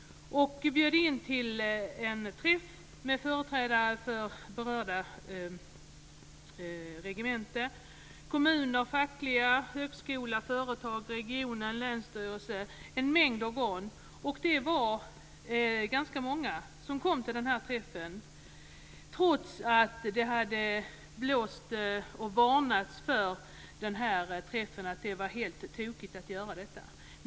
Jag bjöd in företrädare för berörda regementen, kommuner, fackliga organisationer, högskola, företag, region, länsstyrelse och en mängd organ. Det var ganska många som kom, trots att det hade varnats för det tokiga med att ordna träffen.